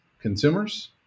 consumers